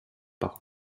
par